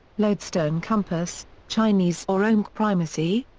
lodestone compass chinese or olmec primacy?